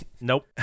nope